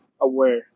aware